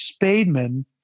Spademan